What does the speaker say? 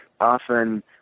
often